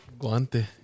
Guante